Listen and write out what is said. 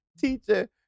teacher